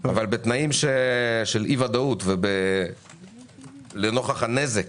אבל בתנאים של אי-ודאות ונוכח הנזק